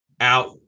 out